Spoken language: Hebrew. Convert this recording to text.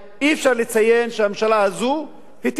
אי-אפשר לציין שהממשלה הזאת היטיבה,